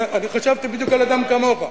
אני חשבתי בדיוק על אדם כמוך,